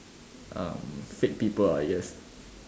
uh fake people I guess